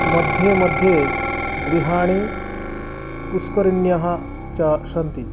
मध्ये मध्ये गृहाणि पुष्करिण्यः च सन्ति